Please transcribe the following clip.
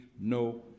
no